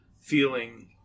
feeling